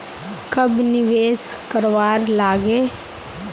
कब निवेश करवार लागे?